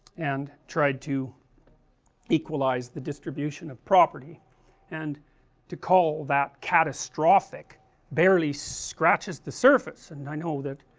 and tried to equalize the distribution of property and to call that catastrophic barely scratches the surface, and i know that